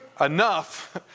enough